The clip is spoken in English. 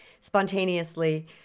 Spontaneously